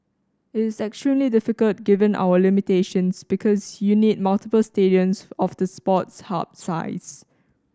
it is extremely difficult given our limitations because you need multiple stadiums of the Sports Hub size